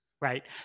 right